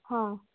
ಹಾಂ